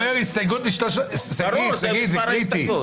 שגית, זה קריטי.